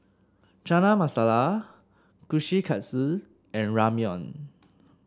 Chana Masala Kushikatsu and Ramyeon